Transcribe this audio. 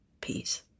peace